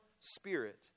spirit